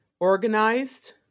organized